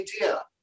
idea